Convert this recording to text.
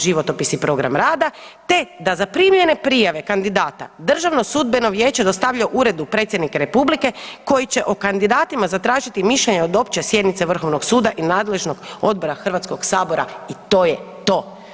Životopis i program rada te da zaprimljene prijave kandidata Državno sudbeno vijeće dostavlja Uredu Predsjednika Republike koji će o kandidatima zatražiti mišljenje od opće sjednice Vrhovnog suda i nadležnog odbora Hrvatskoga sabora.“, i to je to.